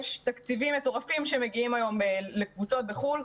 יש תקציבים מטורפים שמגיעים היום לקבוצות בחו"ל,